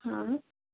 हा